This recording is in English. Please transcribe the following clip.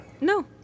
No